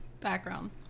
Background